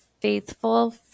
faithful